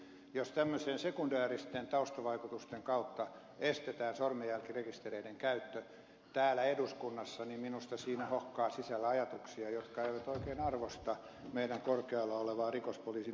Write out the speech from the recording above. jos tämmöisten sekundääristen taustavaikutusten kautta estetään sormenjälkirekistereiden käyttö täällä eduskunnassa niin minusta siinä hohkaa sisällä ajatuksia jotka eivät oikein arvosta meidän korkealla olevan rikospoliisimme toimintaa